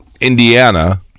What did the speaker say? Indiana